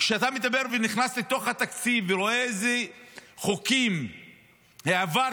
וכשאתה נכנס לתוך התקציב ורואה איזה חוקים העברתם,